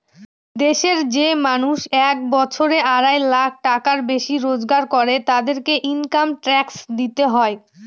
দেশের যে মানুষ এক বছরে আড়াই লাখ টাকার বেশি রোজগার করে, তাদেরকে ইনকাম ট্যাক্স দিতে হয়